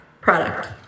product